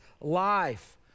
life